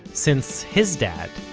since his dad,